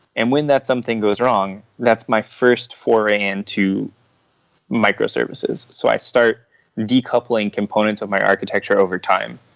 and when that something goes wrong, that's my first foray into micro-services. so i start decoupling components of my architecture over time,